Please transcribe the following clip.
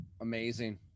Amazing